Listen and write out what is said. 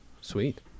Sweet